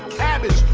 savage.